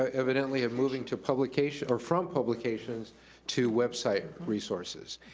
ah evidently, have moving to publication, or from publication to website resources.